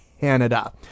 Canada